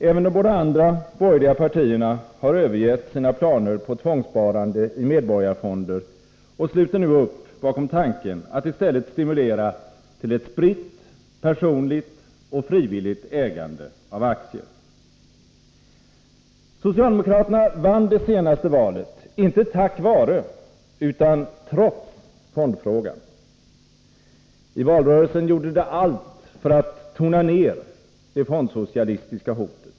Även de båda andra borgerliga partierna har övergett sina planer på tvångssparande i medborgarfonder och sluter nu upp bakom tanken att i stället stimulera till ett spritt personligt och frivilligt ägande av aktier. Socialdemokraterna vann det senaste valet, inte tack vare utan trots fondfrågan. I valrörelsen gjorde de allt för att tona ner det fondsocialistiska hotet.